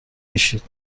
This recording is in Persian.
میشید